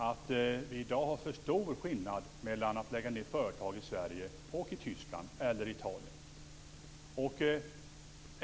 Vi har i dag för stor skillnad mellan att lägga ned företag i Sverige och i Tyskland eller Italien.